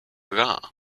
rar